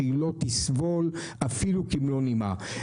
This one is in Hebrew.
שהיא לא תסבול אפילו כמלוא נימה.